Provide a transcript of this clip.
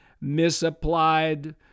misapplied